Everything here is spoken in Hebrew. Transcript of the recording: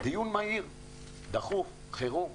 דיון מהיר, דחוף, חירום.